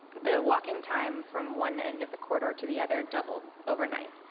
the walking time from one end of the corridor to the other doubled overnight.